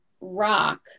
rock